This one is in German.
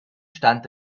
stand